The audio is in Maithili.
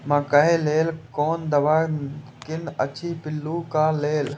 मकैय लेल कोन दवा निक अछि पिल्लू क लेल?